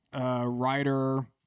writer